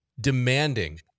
demanding